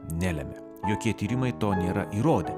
nelemia jokie tyrimai to nėra įrodę